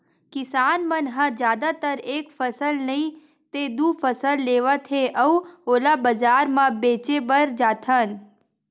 किसान मन ह जादातर एक फसल नइ ते दू फसल लेवत हे अउ ओला बजार म बेचे बर जाथन